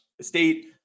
State